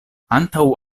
antaŭ